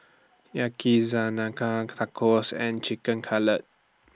Tacos and Chicken Cutlet